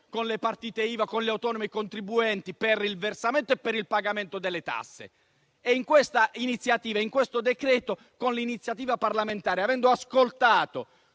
con le partite IVA, con gli autonomi e i contribuenti per il versamento e per il pagamento delle tasse. In questo decreto, con l'iniziativa parlamentare, avendo ascoltato